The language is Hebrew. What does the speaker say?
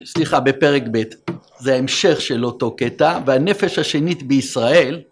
סליחה, בפרק ב', זה המשך של אותו קטע, והנפש השנית בישראל...